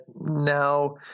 now